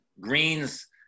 greens